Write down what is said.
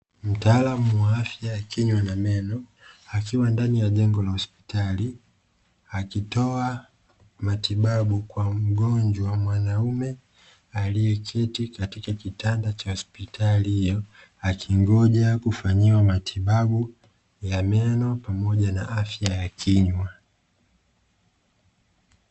Mtaalamu wa afya ya kinywa na meno akiwa ndani ya jengo la hospital akitoa matibabu kwa mgonjwa mwanaume aliyeketi katika kitanda cha hospitali hiyo, akingoja kufanyiwa matibabu ya meno pamoja na afya ya kinywa.